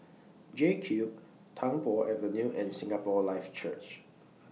JCube Tung Po Avenue and Singapore Life Church